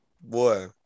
Boy